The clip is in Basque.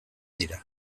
dira